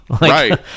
Right